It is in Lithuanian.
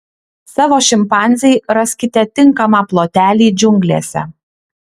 savo šimpanzei raskite tinkamą plotelį džiunglėse